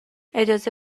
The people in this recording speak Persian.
اجازه